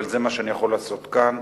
אבל זה מה שאני יכול לעשות כאן.